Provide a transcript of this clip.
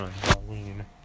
Halloween